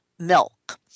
Milk